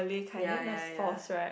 ya ya ya